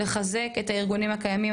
לחזק את הארגונים הקיימים,